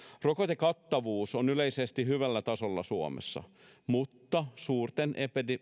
rokotekattavuus on yleisesti hyvällä tasolla suomessa mutta suurten